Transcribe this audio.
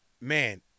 Man